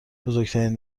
بزرگترین